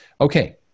Okay